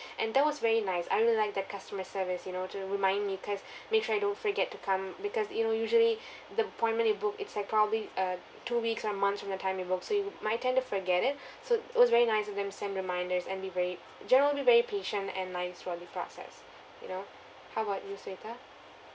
and that was very nice I really like that customer service you know to remind me cause make sure I don't forget to come because you know usually the appointment you book it's like probably uh two weeks or a month from the time you book so you might tend to forget it so it was very nice of them to send reminders and be very generally be very patient and nice throughout the process you know how about you sunita